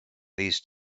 these